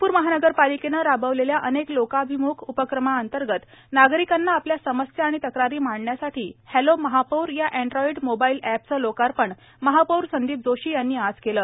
नागप्र महानगरपालिकेने राबविलेल्या अनेक लोकाभिम्ख उपक्रमा अंतर्गत नागरिकांना आपल्या समस्या तक्रारी मांडण्यासाठी हॅलो महापौर या एन्ड्डाईड मोबाईल एपच लोकार्पण महापौर संदीप जोशी यांनी आज केल